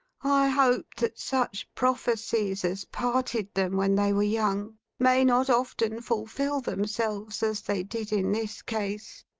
i hoped that such prophecies as parted them when they were young, may not often fulfil themselves as they did in this case,